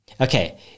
okay